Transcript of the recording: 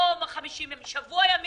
שבוע,